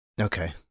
Okay